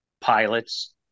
pilot's